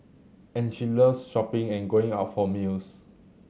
and she loves shopping and going out for meals